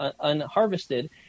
unharvested